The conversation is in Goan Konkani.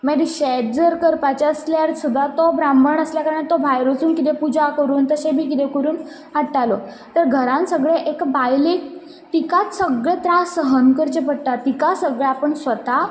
मागीर शेत जर करपाचें आसल्यार सुद्दां तो ब्राह्मण आसल्या कारणान तो भायर वचून कितें पुजा करून तशें बी कितें करून हाडटालो तर घरान सगलें एका बायलेक तिकाच सगळें त्रास सहन करचे पडटा तिका सगळें आपूण स्वता